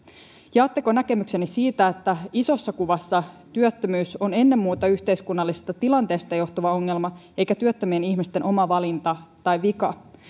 jaatteko näkemykseni siitä että isossa kuvassa työttömyys on ennen muuta yhteiskunnallisesta tilanteesta johtuva ongelma eikä työttömien ihmisten oma valinta tai vika